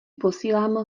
posílám